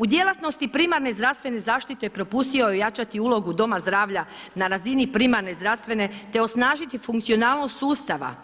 U djelatnosti primarne zdravstvene zaštite, propustio je ojačati ulogu doma zdravlja na razini primarne zdravstvene te osnažiti funkcionalnost sustava